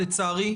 לצערי,